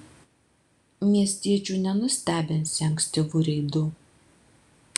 miestiečių nenustebinsi ankstyvu reidu